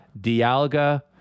Dialga